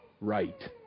right